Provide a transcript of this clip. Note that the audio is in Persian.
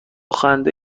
خنده